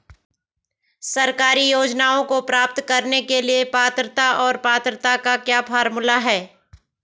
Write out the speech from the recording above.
सरकारी योजनाओं को प्राप्त करने के लिए पात्रता और पात्रता का क्या फार्मूला है?